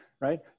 right